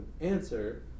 answer